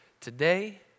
today